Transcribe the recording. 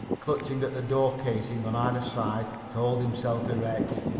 clutching at the door-casing on either side to hold himself erect.